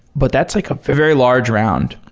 but that's like a very large round.